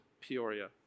Peoria